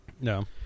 no